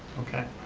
okay.